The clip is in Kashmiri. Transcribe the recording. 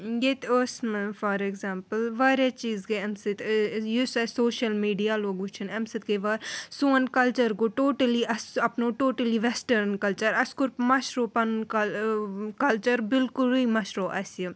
ییٚتہِ ٲس نہٕ فار ایٚگزامپٕل وارِیاہ چیٖز گٔے اَمہِ سۭتۍ یُس اسہِ سوٗشَل میٖڈیا لوٗگ وُچھُن اَمہِ سۭتۍ گٔے وا سوٗن کَلچَر گوٚو ٹوٹَلی اسہِ اَپنُوٗو ٹوٹَلی ویٚسٹٲرٕن کَلچَر اسہِ کوٚر مَشروٗو پَنُن کَل ٲں کَلچَر بالکُلٕے مَشروٗو اسہِ یہِ